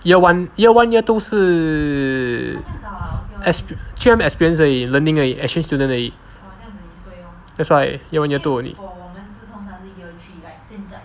year one year one year two 是 expe~ 去那边 experience 而已 learning 而已 exchange student 而已 that's why year one year two only